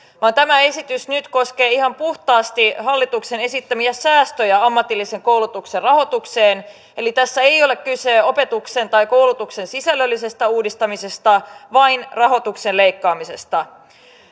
tämä esitys nyt koskee ihan puhtaasti hallituksen esittämiä säästöjä ammatillisen koulutuksen rahoitukseen eli tässä ei ole kyse opetuksen tai koulutuksen sisällöllisestä uudistamisesta vain rahoituksen leikkaamisesta